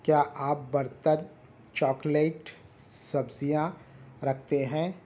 کیا آپ برتن چاکلیٹ سبزیاں رکھتے ہیں